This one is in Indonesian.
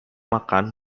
makan